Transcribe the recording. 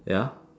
ya